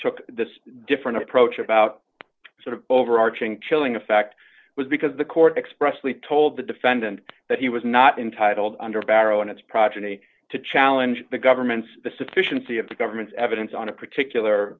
took this different approach about sort of overarching chilling effect was because the court expressly told d the defendant that he was not entitled under barrow in its progeny to challenge the government's the sufficiency of the government's evidence on a particular